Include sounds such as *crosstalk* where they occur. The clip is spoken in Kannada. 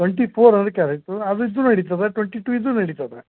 ಟ್ವೆಂಟಿ ಫೋರ್ *unintelligible* ಕ್ಯಾರೆಟ್ಟು ಅದು ಇದ್ದರೂ ನಡೀತದೆ ಟ್ವೆಂಟಿ ಟು ಇದ್ದರೂ ನಡೀತದೆ